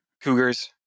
cougars